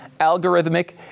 Algorithmic